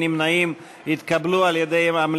כנוסח הוועדה.